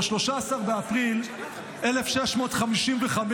ב-13 באפריל 1655,